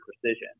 precision